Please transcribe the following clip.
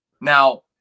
now